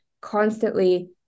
constantly